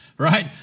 Right